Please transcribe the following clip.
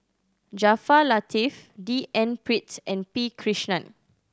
Jaafar Latiff D N Pritt and P Krishnan